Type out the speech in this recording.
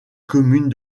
commune